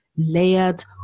Layered